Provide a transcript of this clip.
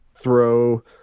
throw